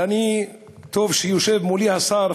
וטוב שיושב מולי השר.